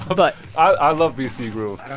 ah but. i love beastie groove.